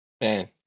Man